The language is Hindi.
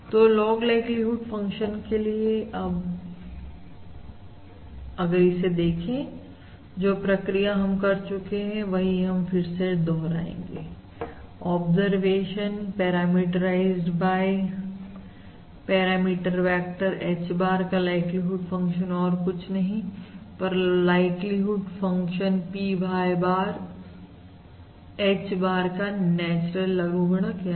तो लॉग लाइक्लीहुड फंक्शन के लिए अगर अब इसे देखें जो प्रक्रिया हम कर चुके हैं वही हम फिर से दोहराएंगे observation parameterized by parameter vector H bar का लाइक्लीहुड फंक्शन और कुछ नहीं पर likelihood function PY bar Hbar का नेचुरल लघुगणक हैं